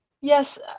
Yes